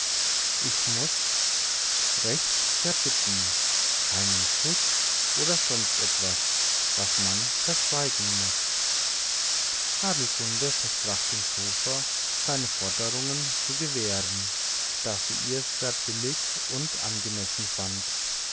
ich muß recht sehr bitten keinen kuß oder sonst etwas was man verschweigen muß adelgunde versprach dem sofa seine forderungen zu gewähren da sie sie sehr billig und angemessen fand